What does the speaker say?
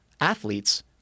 athletes